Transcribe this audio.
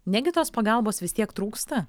negi tos pagalbos vis tiek trūksta